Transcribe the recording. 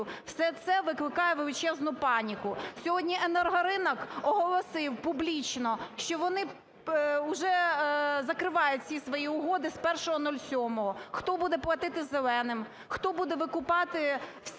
Все це викликає величезну паніку. Сьогодні енергоринок оголосив публічно, що вони уже закривають всі свої угоди з 01.07. Хто буде платити "зеленим"? Хто буде викупати всю